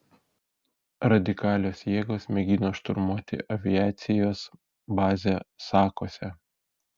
radikalios jėgos mėgino šturmuoti aviacijos bazę sakuose